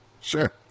Sure